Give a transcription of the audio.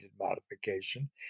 modification